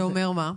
שאומר מה?